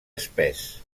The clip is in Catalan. espès